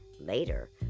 Later